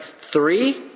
Three